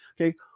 Okay